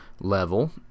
level